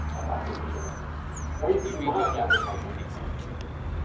that's ostentatious advertising or you could do modest advertising. you could say, i'm great,